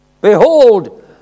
Behold